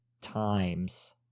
times